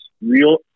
real